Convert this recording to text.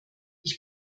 ich